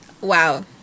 Wow